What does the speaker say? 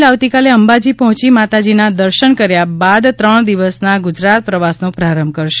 પાટિલ આવતીકાલે અંબાજી પહોચી માતાજી ના દર્શન કર્યા બાદ ત્રણ દિવસ ના ગુજરાત પ્રવાસ નો પ્રારંભ કરશે